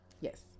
Yes